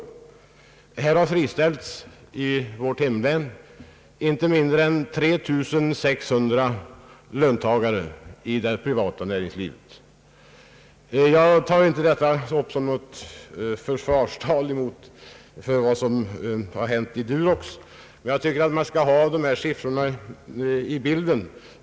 I vårt hemlän har friställts inte mindre än 3 600 löntagare i det privata näringslivet. Jag tar inte upp detta som något slags försvarstal för vad som har hänt i Durox, men jag tycker att man bör ha dessa siffror med i bilden.